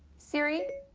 siri,